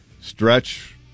stretch